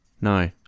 No